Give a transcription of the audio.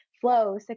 flow